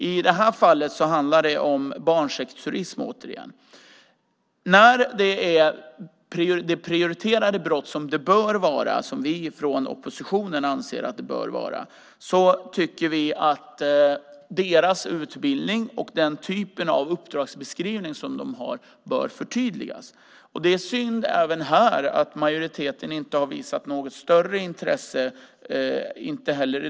I det här fallet handlar det återigen om barnsexturism. När det är prioriterade brott, som vi från oppositionen anser att det bör vara, tycker vi att deras utbildning och typen av uppdragsbeskrivning bör förtydligas. Det är synd att majoriteten inte heller i den här frågan har visat något större intresse.